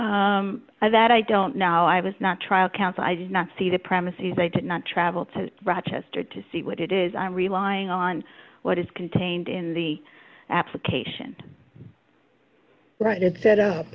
walberg that i don't know i was not trial counsel i did not see the premises they did not travel to rochester to see what it is i'm relying on what is contained in the application that it's set up